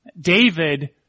David